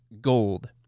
Gold